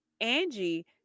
Angie